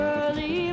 early